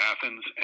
Athens